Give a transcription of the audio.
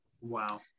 Wow